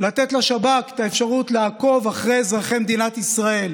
לתת לשב"כ את האפשרות לעקוב אחרי אזרחי מדינת ישראל.